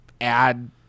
add